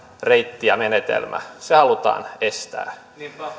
reitti ja menetelmä se halutaan estää